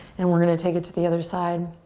and we're going to take it to the other side.